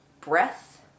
Breath